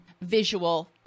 visual